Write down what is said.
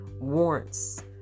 warrants